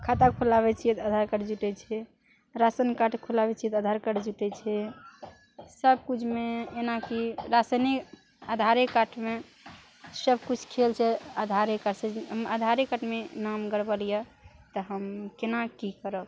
खाता खुलाबै छियै तऽ आधार कार्ड जुटै छियै राशन कार्ड खुलाबै छियै तऽ आधार कार्ड जुटै छै सब किछुमे एनाकि राशनी आधारे कार्डमे सबकिछु देल छै आधारे कार्ड से आधारे कार्डमे नाम गड़बड़ यए तऽ हम केना की करब